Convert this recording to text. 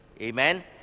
Amen